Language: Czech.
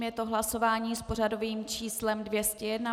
Je to hlasování s pořadovým číslem 201.